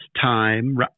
time